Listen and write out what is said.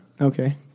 Okay